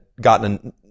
gotten